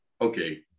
okay